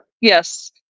Yes